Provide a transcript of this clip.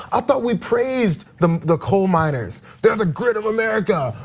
i thought we praised the the coal miners. they're the grit of america,